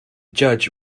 judge